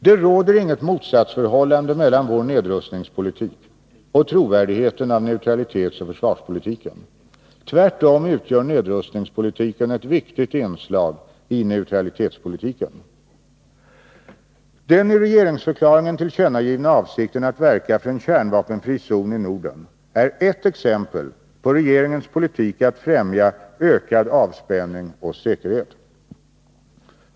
Det råder inget motsatsförhållande mellan vår nedrustningspolitik och trovärdigheten av neutralitetsoch försvarspolitiken. Tvärtom utgör nedrustningspolitiken ett viktigt inslag i neutralitetspolitiken. Den i regeringsförklaringen tillkännagivna avsikten att verka för en kärnvapenfri zon i Norden är ett exempel på regeringens politik att främja ökad avspänning och säkerhet.